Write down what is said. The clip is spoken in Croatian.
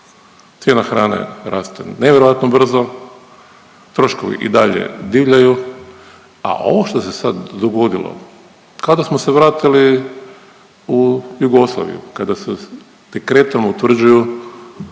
Cijena hrane raste nevjerojatno brzo, troškovi i dalje divljaju, a ovo što se sad dogodilo kao da smo se vratili u Jugoslaviju kada se kretnjama utvrđuju